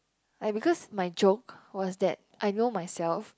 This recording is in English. I because my joke was that I know myself